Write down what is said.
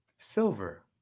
silver